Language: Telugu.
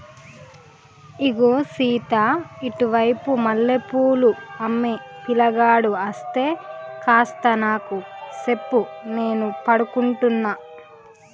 ఇగో సీత ఇటు వైపు మల్లె పూలు అమ్మే పిలగాడు అస్తే కాస్త నాకు సెప్పు నేను పడుకుంటున్న